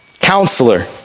Counselor